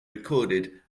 recorded